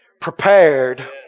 prepared